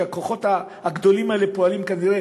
שהכוחות הגדולים האלה פועלים כנראה